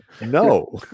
no